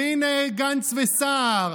והינה גנץ וסער,